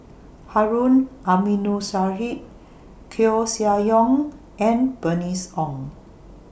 Harun Aminurrashid Koeh Sia Yong and Bernice Ong